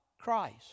Christ